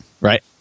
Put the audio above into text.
Right